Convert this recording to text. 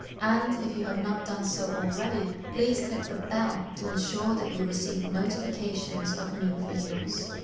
and, if you have not done so already, please click the bell to ensure that you receive notifications of new videos.